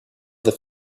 that